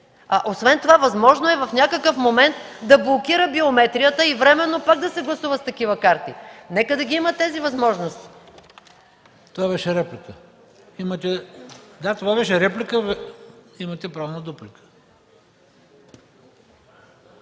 Освен това възможно е в някакъв момент да блокира биометрията и временно пак да се гласува с такива карти. Нека да ги има тези възможности. ПРЕДСЕДАТЕЛ ХРИСТО БИСЕРОВ: Това беше реплика. Имате право на дуплика,